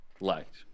liked